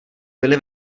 byly